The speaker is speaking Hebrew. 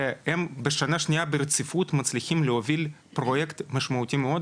הם שנה שנייה ברציפות מצליחים להוביל פרויקט משמעותי מאוד,